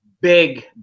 big